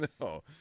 No